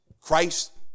Christ